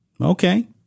Okay